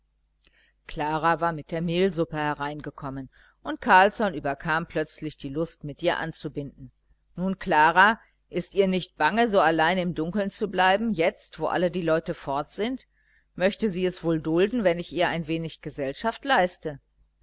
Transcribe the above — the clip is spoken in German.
klara war mit der mehlsuppe hereingekommen und carlsson überkam plötzlich die lust mit ihr anzubinden nun klara ist ihr nicht bange so allein im dunkeln zu bleiben jetzt wo alle die leute fort sind möchte sie es wohl dulden wenn ich ihr ein wenig gesellschaft leistete